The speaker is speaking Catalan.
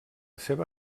seva